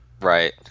Right